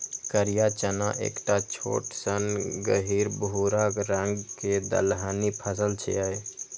करिया चना एकटा छोट सन गहींर भूरा रंग के दलहनी फसल छियै